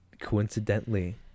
coincidentally